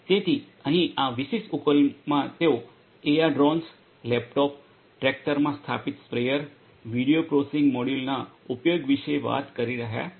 તેથી અહીં આ વિશિષ્ટ ઉકેલમાં તેઓ એઆર ડ્રોન્સ લેપટોપ ટ્રેક્ટરમાં સ્થાપિત સ્પ્રેઅર વિડિઓ પ્રોસેસિંગ મોડ્યુલના ઉપયોગ વિશે વાત કરી રહ્યા છે